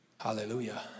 Hallelujah